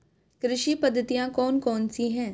कृषि पद्धतियाँ कौन कौन सी हैं?